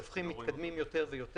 כך